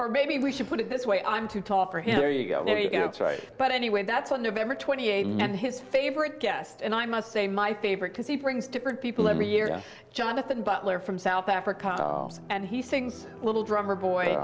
or maybe we should put it this way i'm too tall for him there you go you know it's right but anyway that's on november twenty eighth and his favorite guest and i must say my favorite because he brings different people every year jonathan butler from south africa and he sings a little drummer boy